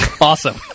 Awesome